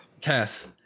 Cass